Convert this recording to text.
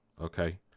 Okay